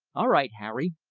all right, harry,